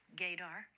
gaydar